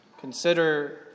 Consider